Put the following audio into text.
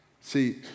See